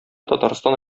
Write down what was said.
татарстан